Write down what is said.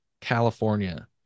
california